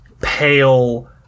pale